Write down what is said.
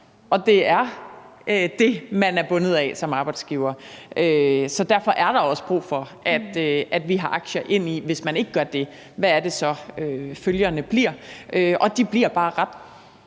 og det er det, man er bundet af som arbejdsgiver. Så derfor er der også brug for, at vi har aktier i det, og hvad det så er, følgerne bliver, hvis man ikke gør det.